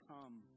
come